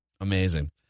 Amazing